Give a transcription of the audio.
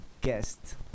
guest